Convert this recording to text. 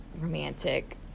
romantic